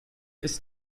ist